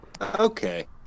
okay